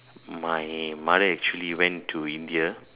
my mother actually went to India